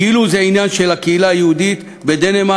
כאילו זה עניין של הקהילה היהודית בדנמרק,